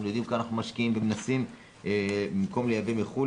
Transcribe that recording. אנחנו יודעים כמה אנחנו משקיעים ומנסים במקום להביא מחו"ל,